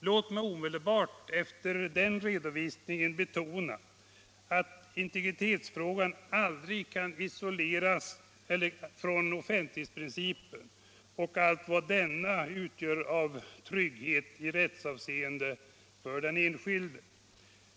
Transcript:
Låt mig omedelbart efter den redovisningen betona att integritetsfrågan aldrig kan isoleras från offentlighetsprincipen och allt vad denna utgör av trygghet i rättsavseende för den enskilde.